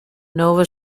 nova